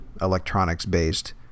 electronics-based